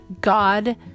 God